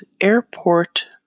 Airport